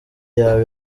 yawe